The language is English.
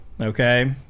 okay